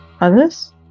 Others